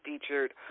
featured